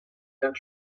tan